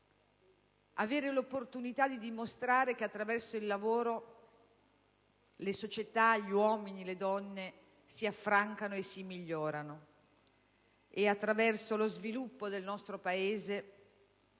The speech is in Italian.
noi l'opportunità di dimostrare che attraverso il lavoro le società, gli uomini e le donne si affrancano e si migliorano. Attraverso lo sviluppo del nostro Paese,